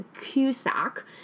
Cusack